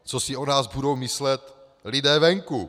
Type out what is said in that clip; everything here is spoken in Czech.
Co si o nás budou myslet lidé venku?